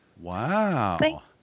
wow